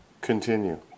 Continue